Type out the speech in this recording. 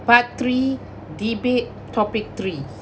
part three debate topic three